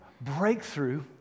breakthrough